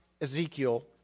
Ezekiel